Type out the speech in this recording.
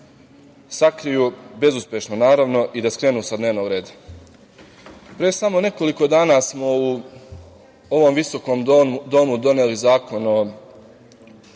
sakriju, bezuspešno, naravno, i da skrenu sa dnevnog reda. Pre samo nekoliko dana smo u ovom visokom domu doneli Zakon o